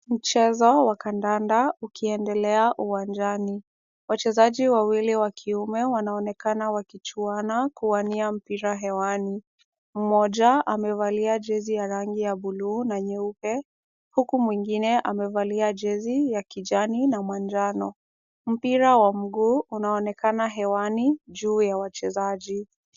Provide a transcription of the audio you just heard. Mchezo wa kandanda ukiendelea uwanjani. Wachezaji wa kiume wanaonekana wakichuana kuwania mpira hewani. Mmoja amevalia jezi ya rangi ya buluu na nyeupe, huku mwingine amevalia jezi ya kijani na manjano. Mpira wa mguu unaonekana hewani juu ya wachezaji.